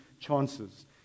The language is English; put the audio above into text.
chances